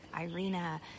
Irina